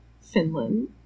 Finland